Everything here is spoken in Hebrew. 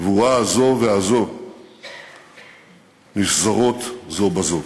הגבורה הזאת והזאת נשזרות זו בזו.